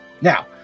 Now